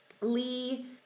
Lee